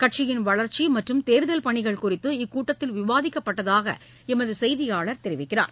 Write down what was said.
கட்சியின் வளர்ச்சி மற்றும் தேர்தல் பணிகள் குறித்து இக்கூட்டத்தில் விவாதிக்கப்பட்டதாக எமது செய்தியாளர் தெரிவிக்கிறார்